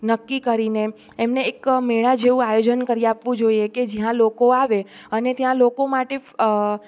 નક્કી કરીને એમને એક મેળા જેવું આયોજન કરી આપવું જોઈએ કે જ્યાં લોકો આવે અને ત્યાં લોકો માટે